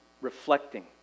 reflecting